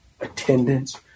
Attendance